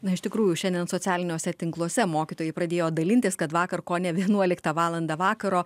na iš tikrųjų šiandien socialiniuose tinkluose mokytojai pradėjo dalintis kad vakar kone vienuoliktą valandą vakaro